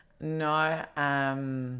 No